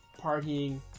partying